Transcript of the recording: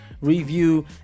review